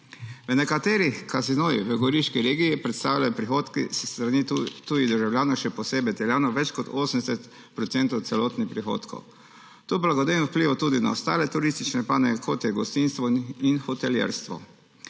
V nekaterih kazinih v goriški regiji predstavljajo prihodki s strani tujih državljanov, še posebej Italijanov, več kot 80 % celotnih prihodkov. To blagodejno vpliva tudi na ostale turistične panoge, kot sta gostinstvo in hotelirstvo.